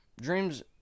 Dreams